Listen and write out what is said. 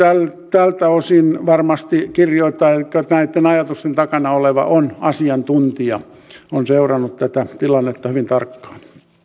tältä osin varmasti kirjoittaja elikkä näitten ajatusten takana oleva on asiantuntija ja on seurannut tätä tilannetta hyvin tarkkaan